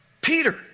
Peter